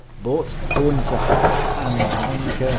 but according to haupt and zeimke,